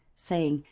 saying,